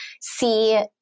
see